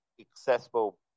accessible